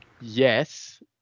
yes